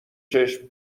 چشم